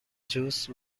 juice